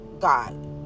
God